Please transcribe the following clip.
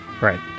Right